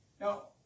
No